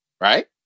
right